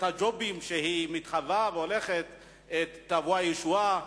הג'ובים שמתהווה והולכת תבוא הישועה.